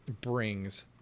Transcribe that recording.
brings